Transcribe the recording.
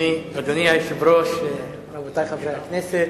אדוני היושב-ראש, רבותי חברי הכנסת,